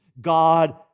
God